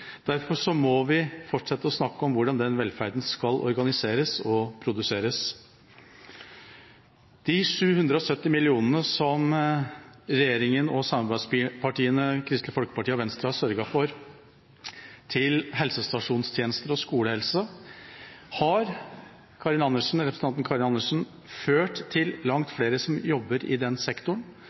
Derfor må vi fortsette å snakke om hvordan velferden skal organiseres og produseres. De 770 mill. kr regjeringa og samarbeidspartiene Kristelig Folkeparti og Venstre har sørget for til helsestasjonstjenester og skolehelse, har, representanten Karin Andersen, ført til at langt flere jobber i den sektoren.